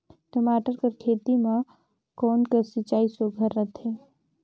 टमाटर कर खेती म कोन कस सिंचाई सुघ्घर रथे?